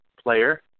player